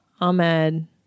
Ahmed